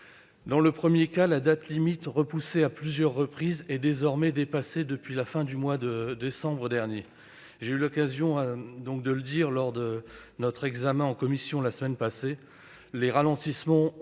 Dans le premier cas, la date limite, repoussée à plusieurs reprises, est désormais dépassée depuis la fin du mois de décembre dernier. Comme j'ai eu l'occasion de le dire lors de notre examen de ce texte en commission la semaine passée, les ralentissements ont